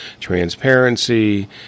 transparency